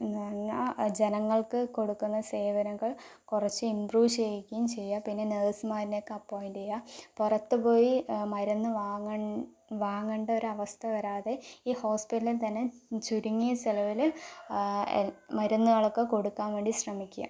എന്ന് പറഞ്ഞാൽ ജനങ്ങൾക്ക് കൊടുക്കുന്ന സേവനങ്ങൾ കുറച്ച് ഇംപ്രൂവ് ചെയ്യിക്കുകയും ചെയ്യുക പിന്നെ നേഴ്സുമാരെയൊക്കെ അപ്പോയിന്റ് ചെയ്യുക പുറത്ത് പോയി മരുന്ന് വാങ്ങുക വാങ്ങേണ്ട ഒരു അവസ്ഥ വരാതെ ഈ ഹോസ്പിറ്റലിൽ നിന്ന് തന്നെ ചുരുങ്ങിയ ചിലവിൽ മരുന്നുകളൊക്കെ കൊടുക്കാൻ വേണ്ടി ശ്രമിക്കുക